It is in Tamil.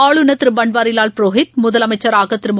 ஆளுநர் திருபன்வாரிலால் புரோஹித் முதலமைச்சராக திருமு